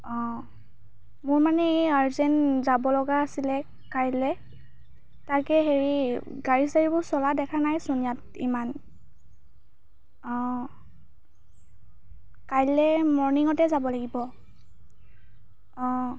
অঁ মোৰ মানে এই আৰ্জেণ্ট যাবলগা আছিলে কাইলৈ তাকে গাড়ী চাৰীবোৰ চলা দেখাই নাইচোন ইমান ইয়াত অঁ কাইলৈ মৰ্ণিঙতে যাব লাগিব অঁ